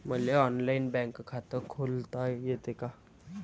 मले online bank खात खोलता येते का?